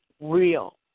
real